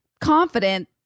confident